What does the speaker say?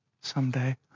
someday